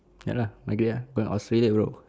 ya lah migrate uh going to australia bro